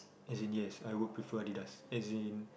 as in yes I would prefer Adidas